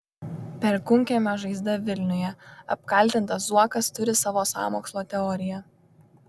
perkūnkiemio žaizda vilniuje apkaltintas zuokas turi savo sąmokslo teoriją